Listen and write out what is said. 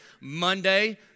Monday